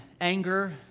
anger